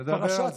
נדבר על זה.